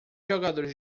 jogadores